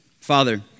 Father